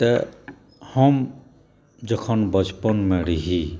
तऽ हम जखन बचपनमे रही